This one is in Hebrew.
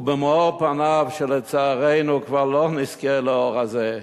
ובמאור פניו, שלצערנו כבר לא נזכה לאור הזה,